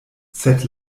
sed